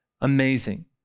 Amazing